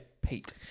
Pete